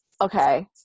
okay